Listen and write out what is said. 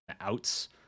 outs